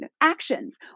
actions